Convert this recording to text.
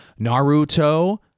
Naruto